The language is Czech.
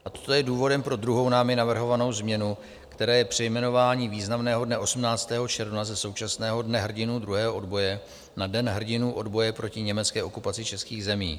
A toto je důvodem pro druhou námi navrhovanou změnu, kterou je přejmenování významného dne 18. června ze současného Dne hrdinů druhého odboje na Den hrdinů odboje proti německé okupaci českých zemí.